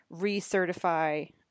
recertify